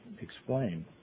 explain